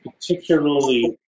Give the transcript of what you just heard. particularly